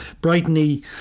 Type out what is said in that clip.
Brighton